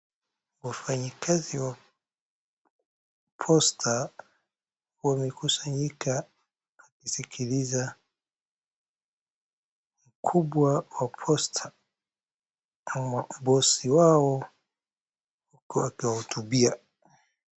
Wafanyikazi wa posta wamekusanyika na kusikiliza mkubwa wa posta ama bosi wao huku akiwahutubia.